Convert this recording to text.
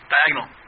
Diagonal